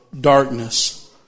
darkness